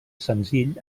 senzill